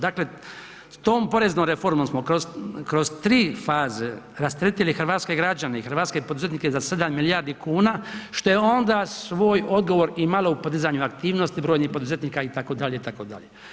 Dakle s tom poreznom reformom smo kroz tri faze rasteretili hrvatske građane i hrvatske poduzetnike za 7 milijardi kuna šta je onda svoj odgovor imalo u podizanju aktivnosti brojnih poduzetnika itd., itd.